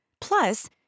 Plus